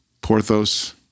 porthos